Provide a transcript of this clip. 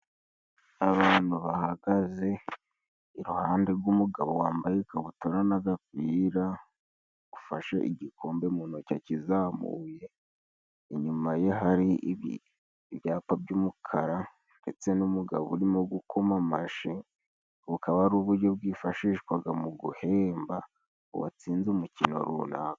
Abantu bahagaze iruhande rw'umugabo wambaye ikabutura n'agapira, ufashe igikombe mu ntoki akizazamuye. Inyuma ye hari ibyapa by'umukara ndetse n'umugabo urimo gukoma amashi, bukaba ari uburyo bwifashishwaga mu guhemba uwatsinze umukino runaka.